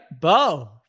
Bo